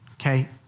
okay